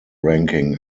ranking